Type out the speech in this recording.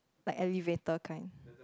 like elevator kind